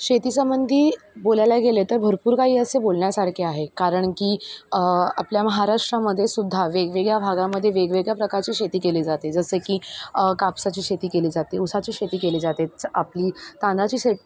शेतीसंबंधी बोलायला गेले तर भरपूर काही असे बोलण्यासारखे आहे कारण की आपल्या महाराष्ट्रामधेसुद्धा वेगवेगळ्या भागामदे वेगवेगळ्या प्रकारची शेती केली जाते जसे की कापसाची शेती केली जाते उसाची शेती केली जाते आपली तांदाची शे